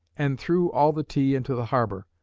and threw all the tea into the harbor.